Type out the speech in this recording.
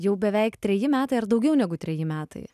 jau beveik treji metai ar daugiau negu treji metai